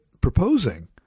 proposing